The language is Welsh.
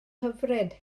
hyfryd